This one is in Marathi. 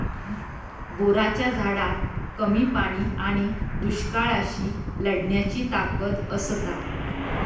बोराच्या झाडात कमी पाणी आणि दुष्काळाशी लढण्याची ताकद असता